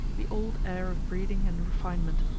the old air of breeding and refinement,